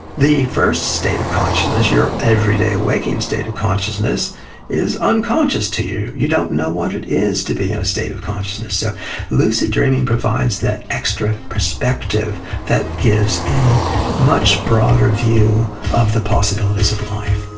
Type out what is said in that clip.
the first state of consciousness, your everyday waking state of consciousness is unconscious to you, you don't know what it is to be in a state of consciousness. so lucid dreaming provides that extra perspective that gives a much broader view of the possibilities of life.